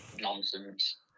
nonsense